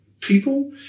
People